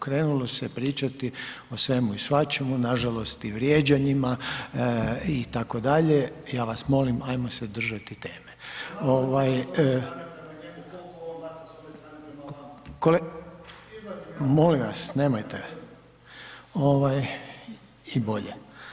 Krenulo se pričati o svemu i svačemu, nažalost, i vrijeđanjima itd., ja vas molim ajmo se držati teme. … [[Upadica iz Sabornice se ne čuje]] molim vas, nemojte i boje.